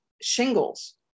shingles